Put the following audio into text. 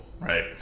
right